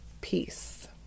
Peace